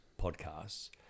podcasts